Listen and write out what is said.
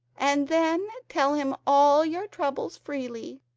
and then tell him all your troubles freely.